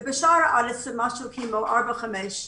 ובשאר הארץ זה משהו כמו 4 -5.